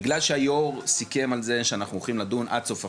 בגלל שהיו"ר סיכם על זה שאנחנו הולכים לדון עד סוף החודש,